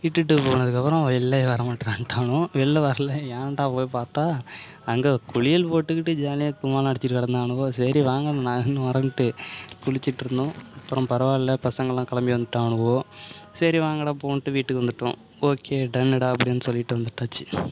இட்டுட்டு போனதுக்கப்புறம் வெளிலே வர வரமாட்றான்ட்டானுவோ வெளில வரலை ஏன்டா போய் பார்த்தா அங்கே குளியல் போட்டுக்கிட்டு ஜாலியாக கும்மாளம் அடிச்சுக்கிட்டு கடந்தானுக சரி வாங்க நானும் வரேன்ட்டு குளிச்சிகிட்ருந்தோம் அப்புறம் பரவாயில்ல பசங்கள்லாம் கிளம்பி வந்துட்டானுக சரி வாங்கடா போவோம்ன்ட்டு வீட்டுக்கு வந்துவிட்டோம் ஓகே டன்னுடா அப்டின்னு சொல்லிவிட்டு வந்துட்டாச்சு